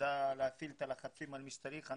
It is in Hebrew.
ידע להפעיל את הלחצים על מי שצריך.